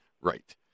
Right